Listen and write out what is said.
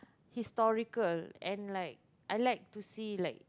historical and like I like to see like